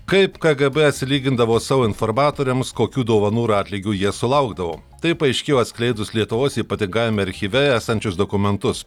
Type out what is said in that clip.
kaip kgb atsilygindavo savo informatoriams kokių dovanų ir atlygių jie sulaukdavo tai paaiškėjo atskleidus lietuvos ypatingajame archyve esančius dokumentus